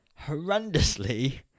horrendously